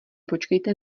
počkejte